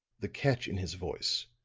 the catch in his voice,